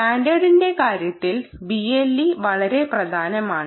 സ്റ്റാൻഡേർഡന്റെ കാര്യത്തിൽ BLE വളരെ പ്രധാനമാണ്